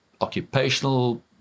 occupational